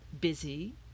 busy